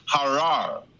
harar